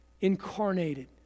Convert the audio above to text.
incarnated